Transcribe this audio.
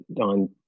on